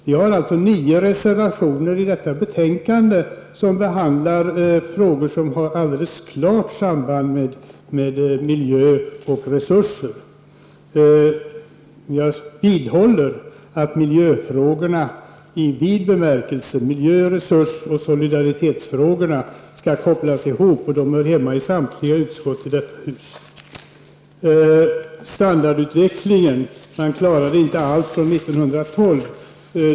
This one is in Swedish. Vi har alltså nio reservationer till detta betänkande som handlar om frågor som har alldeles klart samband med miljö och resurser. Jag vidhåller att miljöfrågorna i vid bemärkelse och resurs och solidaritetsfrågorna skall kopplas ihop och hör hemma i samtliga utskott i detta hus. Beträffande standardutvecklingen har man inte klarat alla krav sedan 1912.